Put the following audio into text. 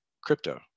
crypto